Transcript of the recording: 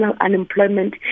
unemployment